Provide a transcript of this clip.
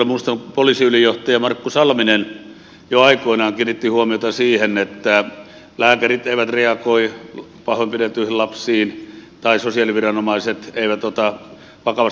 muistan kun poliisiylijohtaja markku salminen jo aikoinaan kiinnitti huomiota siihen että lääkärit eivät reagoi pahoinpideltyihin lapsiin tai sosiaaliviranomaiset eivät ota vakavasti